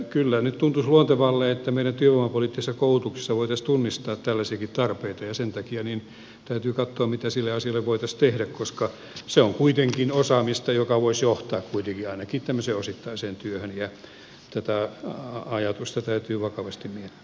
kyllä nyt tuntuisi luontevalle että meidän työvoimapoliittisessa koulutuksessa voitaisiin tunnistaa tällaisiakin tarpeita ja sen takia täytyy katsoa mitä sille asialle voitaisiin tehdä koska se on kuitenkin osaamista joka voisi johtaa ainakin tämmöiseen osittaiseen työhön ja tätä ajatusta täytyy vakavasti miettiä